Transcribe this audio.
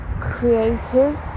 creative